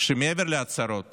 שמעבר להצהרות